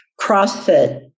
CrossFit